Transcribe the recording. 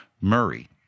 Murray